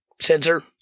sensor